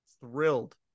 thrilled